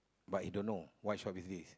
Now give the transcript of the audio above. but he don't know what shop is this